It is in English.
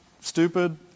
stupid